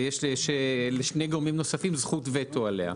יש לשני גורמים נוספים זכות וטו עליה.